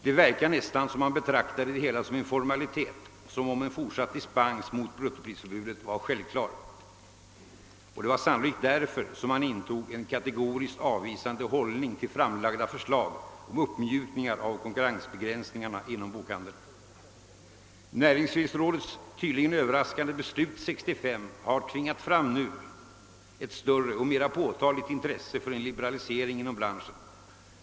Det verkar nästan som om man betraktade det hela som en formalitet, som om en fortsatt dispens från bruttoprisförbudet var en självklar sak. Det var sannolikt därför som man intog en kategoriskt avvisande hållning till framlagda förslag om uppmjukningar av konkurrensbegränsningarna inom bokhandeln. Näringsfrihetsrådets tydligen Ööverraskande beslut år 1965 har nu tvingat fram ett större och mera påtagligt intresse för en liberalisering inom branschen.